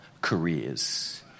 careers